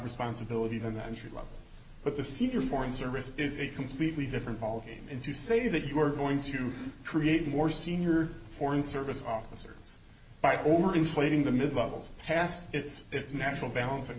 responsibility than the entry level but the senior foreign service is a completely different ballgame and to say that you are going to create more senior foreign service officers by over inflating the mid levels past its its natural balanc